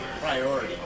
priority